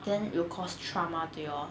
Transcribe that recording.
then it will cause trauma to your